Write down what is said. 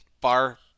bar